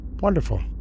Wonderful